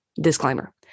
disclaimer